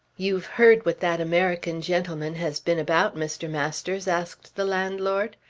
you've heard what that american gentleman has been about, mr. masters? asked the landlord.